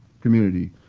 community